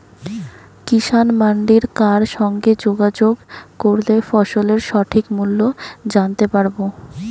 কিষান মান্ডির কার সঙ্গে যোগাযোগ করলে ফসলের সঠিক মূল্য জানতে পারবো?